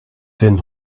then